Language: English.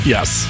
Yes